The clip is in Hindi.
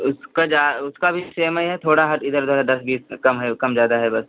उसका उसका भी सेमै है थोड़ा हट इधर उधर का दस बीस कम है कम ज़्यादा है बस